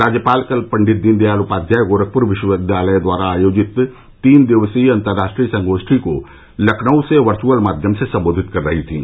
राज्यपाल कल पंडित दीनदयाल उपाध्याय गोरखपुर विश्वविद्यालय द्वारा आयोजित तीन दिवसीय अंतरराष्ट्रीय संगोष्ठी को लखनऊ से वर्चअल माध्यम से संबोधित कर रही थीं